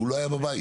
אבל לא היה בבית.